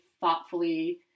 thoughtfully